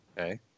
Okay